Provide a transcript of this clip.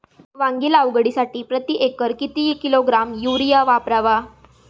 वांगी लागवडीसाठी प्रती एकर किती किलोग्रॅम युरिया वापरावा?